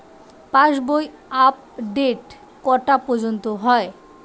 পাশ বই আপডেট কটা পর্যন্ত হয়?